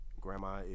grandma